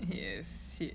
yes